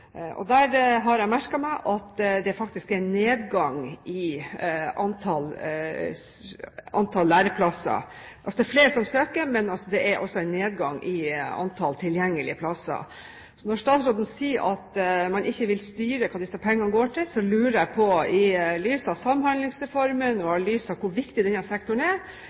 Der har jeg merket meg at det faktisk er nedgang i antall læreplasser – det er flere som søker, men det er altså en nedgang i antall tilgjengelige plasser. Når statsråden sier at man ikke vil styre hva disse pengene går til, lurer jeg på, i lys av Samhandlingsreformen og i lys av hvor viktig denne sektoren er: